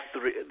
three